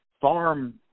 farm